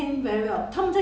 she do it everyday